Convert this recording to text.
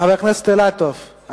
חבר הכנסת רוברט אילטוב,